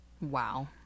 Wow